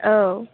औ